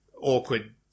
awkward